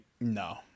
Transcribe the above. No